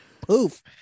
poof